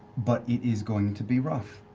but it is going to be rough.